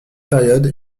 période